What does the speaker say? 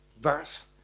verse